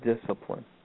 discipline